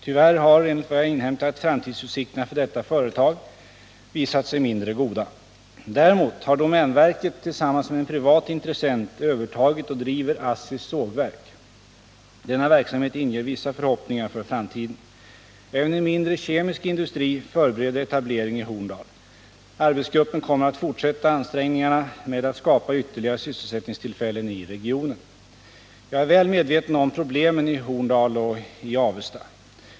Tyvärr har — enligt vad jag inhämtat — framtidsutsikterna för detta företag visat sig mindre goda. Däremot har domänverket tillsammans med en privat intressent övertagit och driver ASSI:s sågverk. Denna verksamhet inger vissa förhoppningar för framtiden. Även en mindre, kemisk industri förbereder etablering i Horndal. Arbetsgruppen kommer att fortsätta ansträngningarna med att skapa ytterligare sysselsättningstillfällen i regionen. Jag är väl medveten om problemen i Horndal och i Avesta.